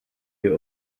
your